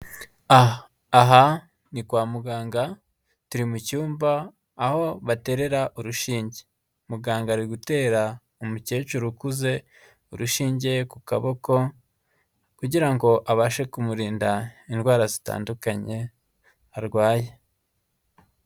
Aha ni kwa muganga turi mu cyumba aho baterera urushinge. Muganga ari gutera umukecuru ukuze urushinge ku kaboko, kugira ngo abashe kumurinda indwara zitandukanye arwaye.